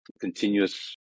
continuous